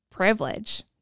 privilege